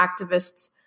activists